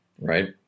right